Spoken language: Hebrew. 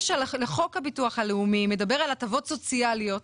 לחוק הביטוח הלאומי, הוא מדבר על הטבות סוציאליות